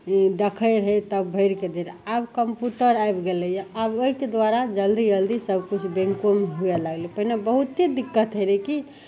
देखै रहै तब भरिके दै रहै आब कम्प्यूटर आबि गेलै आब ओहिके द्वारा जल्दी जल्दी सबकिछु बैँकोमे हुए लागलै पहिले बहुते दिक्कत होइ रहै कि